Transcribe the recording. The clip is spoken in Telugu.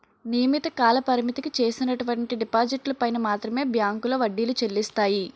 నియమిత కాలపరిమితికి చేసినటువంటి డిపాజిట్లు పైన మాత్రమే బ్యాంకులో వడ్డీలు చెల్లిస్తాయి